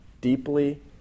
deeply